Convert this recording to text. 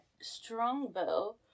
Strongbow